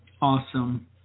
Awesome